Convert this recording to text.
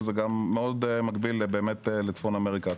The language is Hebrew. וזה גם מאוד מקביל לצפון אמריקה.